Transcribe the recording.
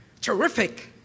terrific